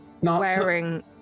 wearing